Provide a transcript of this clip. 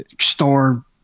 store